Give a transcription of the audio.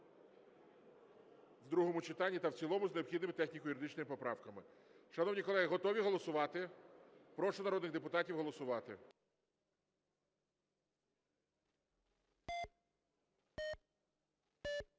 в другому читанні з необхідними техніко-юридичними поправками. Шановні колеги, готові голосувати? Прошу народних депутатів голосувати.